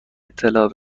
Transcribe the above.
اطلاع